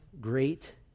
great